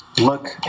look